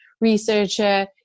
researcher